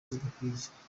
zidakwiye